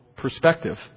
Perspective